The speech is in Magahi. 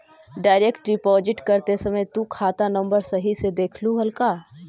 डायरेक्ट डिपॉजिट करते समय तु खाता नंबर सही से देखलू हल का?